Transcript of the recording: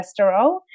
cholesterol